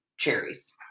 cherries